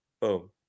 Boom